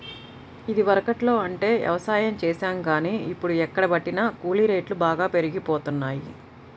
ఇదివరకట్లో అంటే యవసాయం చేశాం గానీ, ఇప్పుడు ఎక్కడబట్టినా కూలీ రేట్లు బాగా పెరిగిపోతన్నయ్